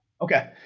Okay